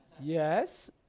Yes